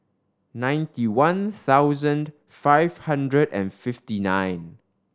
ninety one thousand five hundred and fifty nine